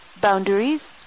boundaries